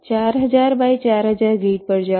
4000 by 4000 grid પર જાઓ